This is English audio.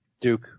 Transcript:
Duke